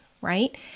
right